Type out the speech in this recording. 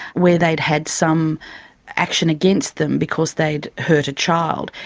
where they'd had some action against them because they'd hurt a child.